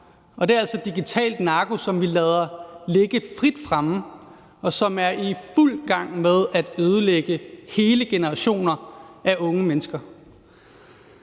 Det er altså digitalt narko, som vi lader ligge frit fremme, og som er i fuld gang med at ødelægge hele generationer af unge mennesker.